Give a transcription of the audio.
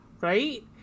Right